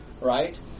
right